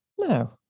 No